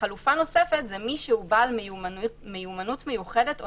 חלופה נוספת זה מי שהוא בעל מיומנות מיוחדת או